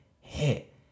hit